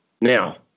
now